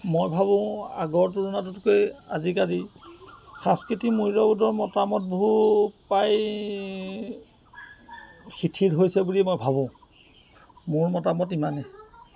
মই ভাবোঁ আগৰ তুলনাটোতকৈ আজিকালি সাংস্কৃতি মূল্যবোধৰ মতামত বহু প্ৰায় শিথিল হৈছে বুলিয়েই মই ভাবোঁ মোৰ মতামত ইমানেই